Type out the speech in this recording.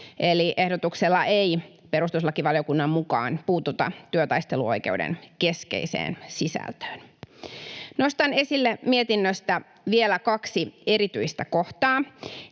ehdotuksella ei perustuslakivaliokunnan mukaan puututa työtaisteluoikeuden keskeiseen sisältöön. Nostan esille mietinnöstä vielä kaksi erityistä kohtaa.